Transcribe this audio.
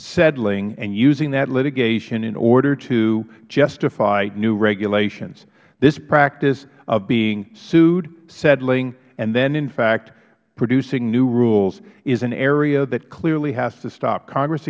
settling and using that litigation in order to justify new regulations this practice of being sued settling and then in fact producing new rules is an area that clearly has to stop congress